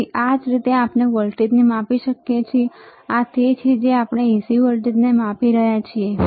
તેથી આ રીતે આપણે વોલ્ટેજને માપી શકીએ છીએ આ તે છે જે આપણે AC વોલ્ટેજને માપી રહ્યા છીએ